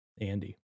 Andy